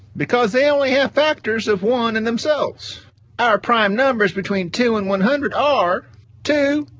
because they only have factors of one and themselves our prime numbers between two and one hundred are two,